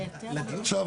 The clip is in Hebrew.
עכשיו,